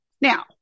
Now